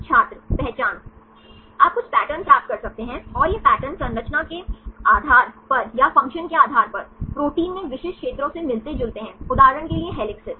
छात्र पहचान आप कुछ पैटर्न प्राप्त कर सकते हैं और ये पैटर्न संरचना के आधार पर या फ़ंक्शन के आधार पर प्रोटीन में विशिष्ट क्षेत्रों से मिलते जुलते हैं उदाहरण के लिए हेलिसेस